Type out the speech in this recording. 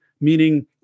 meaning